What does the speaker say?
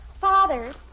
Father